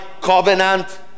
covenant